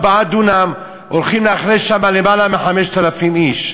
4 דונם הולכים לאכלס למעלה מ-5,000 איש.